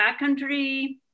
backcountry